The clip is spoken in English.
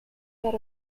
had